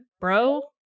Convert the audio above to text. bro